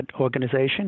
organization